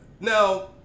Now